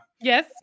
Yes